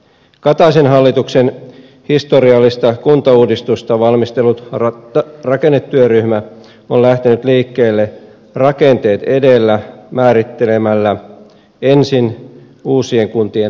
kataisen hallituksen historiallista kuntauudistusta valmistellut rakennetyöryhmä on lähtenyt liikkeelle rakenteet edellä määrittelemällä ensin uusien kuntien rajat